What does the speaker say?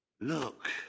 Look